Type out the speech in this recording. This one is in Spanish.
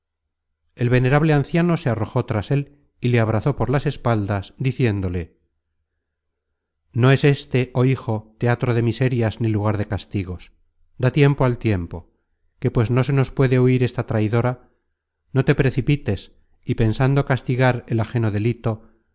el venerable anciano se arrojó tras él y le abrazó por las espaldas diciéndole no es éste joh hijo teatro de miserias ni lugar de castigos da tiempo al tiempo que pues no se nos puede huir esta traidora no te precipites y pensando castigar el ajeno delito